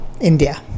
India